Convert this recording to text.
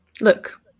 Look